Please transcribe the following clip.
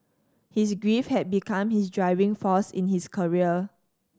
his grief had become his driving force in his career